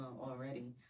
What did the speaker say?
already